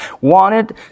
wanted